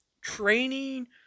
training